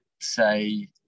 say